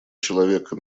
человека